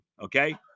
okay